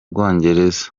bwongereza